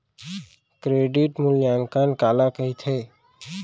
Credit मूल्यांकन काला कहिथे?